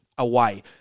away